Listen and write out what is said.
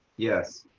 yes.